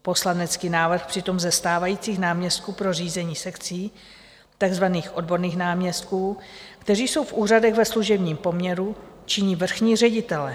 Poslanecký návrh přitom ze stávajících náměstků pro řízení sekcí, takzvaných odborných náměstků, kteří jsou v úřadech ve služebním poměru, činí vrchní ředitele.